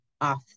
off